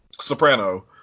soprano